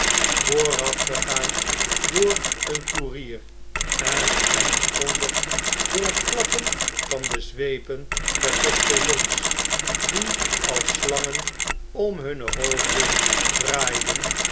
voorafgegaan door een koerier en aangekondigd door het klappen van dezweependerpostiljons die als slangen om hunne hoofden draaiden